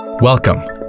Welcome